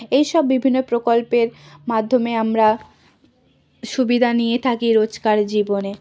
এইসব বিভিন্ন প্রকল্পের মাধ্যমে আমরা সুবিধা নিয়ে থাকি রোজকার জীবনে